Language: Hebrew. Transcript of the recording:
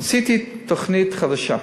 עשיתי תוכנית חדשה.